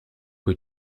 que